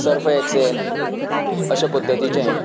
Surf Excel अशें पद्दतीचें